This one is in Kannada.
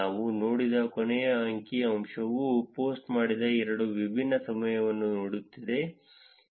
ನಾವು ನೋಡಿದ ಕೊನೆಯ ಅಂಕಿ ಅಂಶವು ಪೋಸ್ಟ್ ಮಾಡಿದ ಎರಡು ವಿಭಿನ್ನ ಸಮಯವನ್ನು ನೋಡುತ್ತಿದೆ